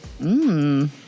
Mmm